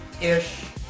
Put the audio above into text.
ish